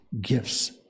Gifts